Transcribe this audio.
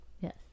yes